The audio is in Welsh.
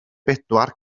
bedwar